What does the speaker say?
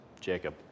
Jacob